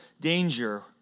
danger